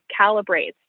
calibrates